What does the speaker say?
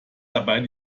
dabei